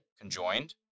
conjoined